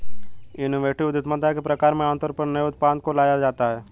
innovative उद्यमिता के प्रकार में आमतौर पर नए उत्पाद को लाया जाता है